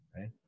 right